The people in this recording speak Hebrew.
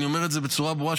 אני אומר את זה בצורה ברורה,